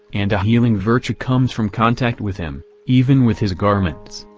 and a healing virtue comes from contact with him, even with his garments.